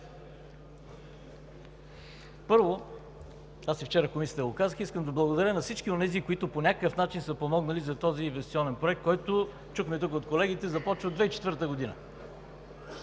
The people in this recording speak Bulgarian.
Първо, и вчера в Комисията казах – искам да благодаря на всички онези, които по някакъв начин са помогнали за този инвестиционен проект, който, чухме от колегите, започва през 2004 г.